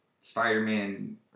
Spider-Man